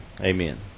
Amen